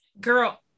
Girl